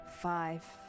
five